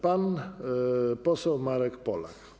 Pan poseł Marek Polak.